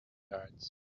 guards